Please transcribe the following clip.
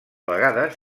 vegades